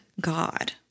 God